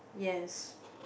yes